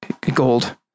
gold